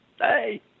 Hey